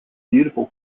beautiful